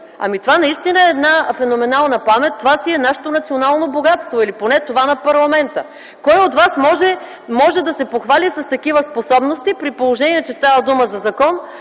Ами това наистина е феноменална памет, това си е нашето национално богатство, или поне това на парламента. Кой от вас може да се похвали с такива способности, при положение че става дума за закон,